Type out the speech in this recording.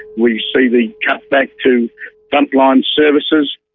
we see the cut-back to frontline services,